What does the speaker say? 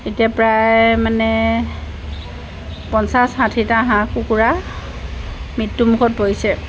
এতিয়া প্ৰায় মানে পঞ্চাছ ষাঠিটা হাঁহ কুকুৰা মৃত্যুমুখত পৰিছে